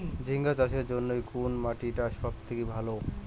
ঝিঙ্গা চাষের জইন্যে কুন মাটি টা সব থাকি ভালো?